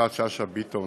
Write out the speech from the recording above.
יפעת שאשא ביטון,